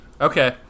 Okay